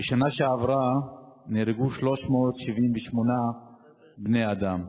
בשנה שעברה נהרגו 378 בני-אדם.